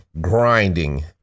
grinding